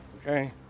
Okay